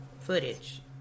footage